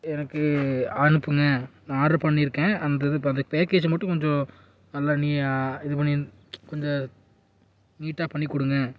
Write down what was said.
எனக்கு அனுப்புங்கள் நான் ஆர்டர் பண்ணியிருக்கேன் அந்த இது இப்போ அந்த பேக்கேஜை மட்டும் கொஞ்சம் நல்லா நீ இது பண்ணி கொஞ்சம் நீட்டாக பண்ணி கொடுங்க